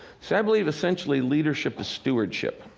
so i believe, essentially, leadership is stewardship.